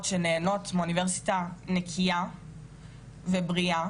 שנהנות מאוניברסיטה נקייה ובריאה,